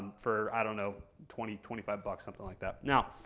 for, i don't know, twenty, twenty five bucks, something like that. now,